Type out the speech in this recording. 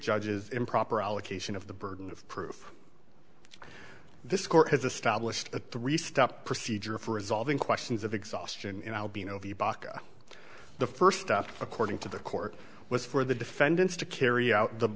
judge's improper allocation of the burden of proof this court has established a three step procedure for resolving questions of exhaustion and i'll be novi baka the first step according to the court was for the defendants to carry out the